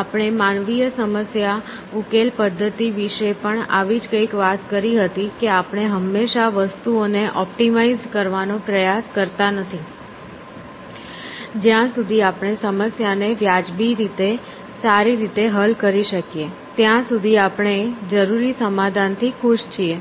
આપણે માનવીય સમસ્યા ઉકેલ પધ્ધતિ વિશે પણ આવી જ કંઈક વાત કરી હતી કે આપણે હંમેશાં વસ્તુઓને ઓપ્ટિમાઇઝ કરવાનો પ્રયાસ કરતા નથી જ્યાં સુધી આપણે સમસ્યાને વ્યાજબી રીતે સારી રીતે હલ કરી શકીએ ત્યાં સુધી આપણે જરૂરી સમાધાનથી ખુશ છીએ